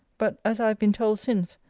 but, as i have been told since,